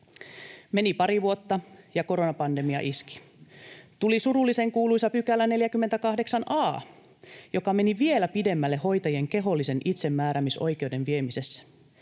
Meni pari vuotta ja koronapandemia iski. Tuli surullisen kuuluisa 48 a §, joka meni vielä pidemmälle hoitajien kehollisen itsemääräämisoikeuden viemisessä.